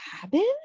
cabin